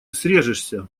срежешься